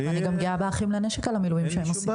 אני גם גאה ב"אחים לנשק" על המילואים שהם עושים,